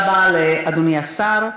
תודה רבה לאדוני השר.